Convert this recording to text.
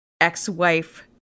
ex-wife